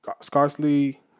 scarcely